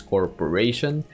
Corporation